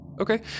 Okay